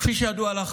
כפי שידוע לך,